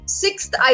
sixth